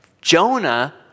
Jonah